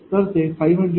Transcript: तर ते 500 ×0